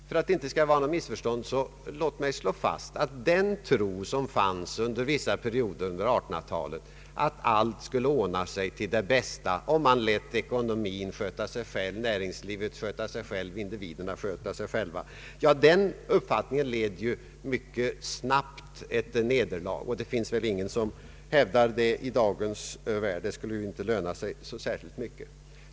För att det inte skall uppstå något missförstånd vill jag slå fast att den uppfattning som rådde under vissa perioder under 1800-talet, att allt skulle ordna sig till det bästa om man lät ekonomin, näringslivet och individerna sköta sig på egen hand, den uppfattningen led ju mycket snabbt nederlag, och det skulle inte löna sig att hävda den i dagens läge.